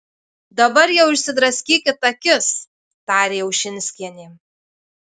dabar jau išsidraskykit akis tarė ušinskienė